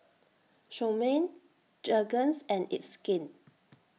Chomel Jergens and It's Skin